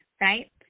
right